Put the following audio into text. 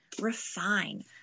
refine